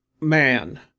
man